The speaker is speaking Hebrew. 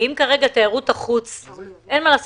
אם כרגע תיירות החוץ תקועה,